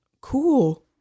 cool